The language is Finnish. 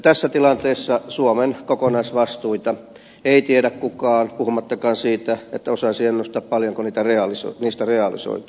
tässä tilanteessa suomen kokonaisvastuita ei tiedä kukaan puhumattakaan siitä että osaisi ennustaa paljonko niistä realisoituu